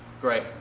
great